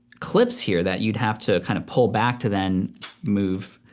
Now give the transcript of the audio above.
clips here that you'd have to kind of pull back to then move.